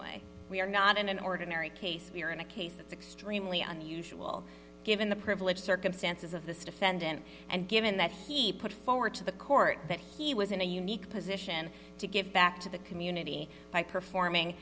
way we are not in an ordinary case we're in a case that's extremely unusual given the privilege circumstances of this defendant and given that he put forward to the court that he was in a unique position to give back to the community by performing